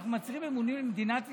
אנחנו מצהירים אמונים למדינת ישראל,